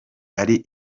ari